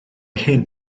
hyn